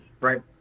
right